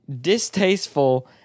distasteful